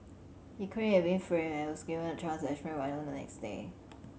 he claimed he had been framed and was given a chance to explain by noon the next day